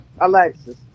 Alexis